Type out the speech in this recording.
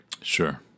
Sure